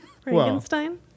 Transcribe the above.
Frankenstein